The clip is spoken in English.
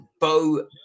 Bo